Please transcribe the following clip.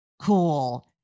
cool